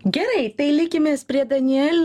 gerai tai likimės prie daniel